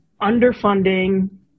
underfunding